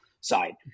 side